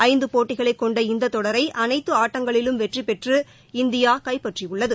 ஐந்து போட்டிகளை கொண்ட இந்த தொடரை அனைத்து ஆட்டங்களில் வெற்றி பெற்று இந்தியா கைப்பற்றியுள்ளது